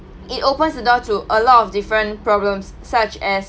it opens the door to a lot of different problems such as